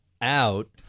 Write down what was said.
out